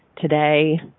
today